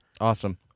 Awesome